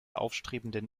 aufstrebenden